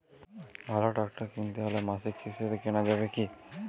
ভালো ট্রাক্টর কিনতে হলে মাসিক কিস্তিতে কেনা যাবে কি?